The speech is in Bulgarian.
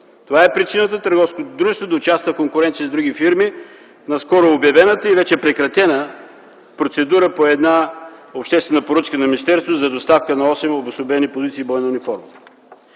Това е причината търговското дружество да участва в конкуренция с други фирми в наскоро обявената и вече прекратена процедура по една обществена поръчка на министерството за доставката на осем обособени позиции бойна униформа.